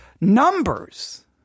numbers